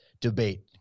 Debate